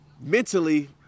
mentally